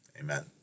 Amen